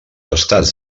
estats